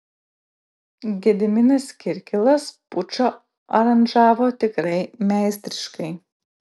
gediminas kirkilas pučą aranžavo tikrai meistriškai